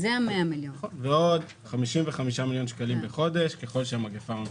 ועוד 55 מיליון שקלים בחודש ככל שהמגפה ממשיכה.